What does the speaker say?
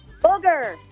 booger